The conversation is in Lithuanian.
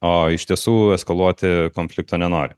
o iš tiesų eskaluoti konflikto nenori